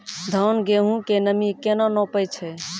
धान, गेहूँ के नमी केना नापै छै?